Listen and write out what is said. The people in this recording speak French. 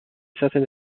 certaine